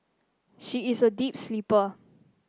she is a deep sleeper